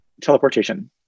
Teleportation